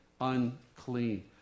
unclean